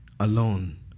Alone